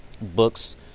books